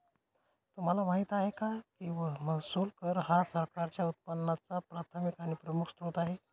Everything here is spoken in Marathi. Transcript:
तुम्हाला माहिती आहे का की महसूल कर हा सरकारच्या उत्पन्नाचा प्राथमिक आणि प्रमुख स्त्रोत आहे